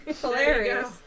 hilarious